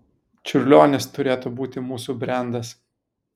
čiurlionis turėtų būti mūsų brendas